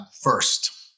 first